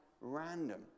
random